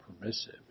permissive